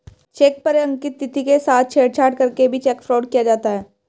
check पर अंकित तिथि के साथ छेड़छाड़ करके भी चेक फ्रॉड किया जाता है